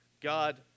God